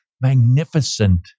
magnificent